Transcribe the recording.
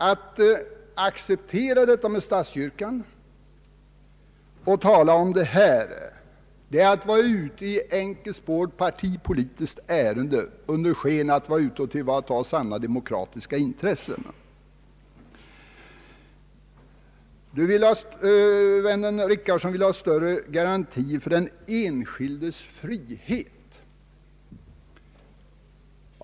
Att acceptera kollektiv anslutning till statskyrkan och samtidigt påtala kollektivanslutning till fackföreningsrörelsen är att vara ute i ett enkelspårigt partipolitiskt ärende under sken av att vara ute för att tillvarata sanna demokratiska intressen. Vännen Richardson vill ha större garantier för den enskildes frihet.